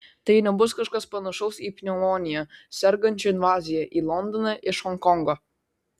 tai nebus kažkas panašaus į pneumonija sergančių invaziją į londoną iš honkongo